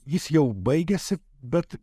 jis jau baigėsi bet